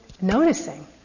noticing